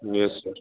yes sir